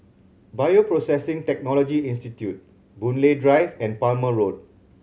Bioprocessing Technology Institute Boon Lay Drive and Palmer Road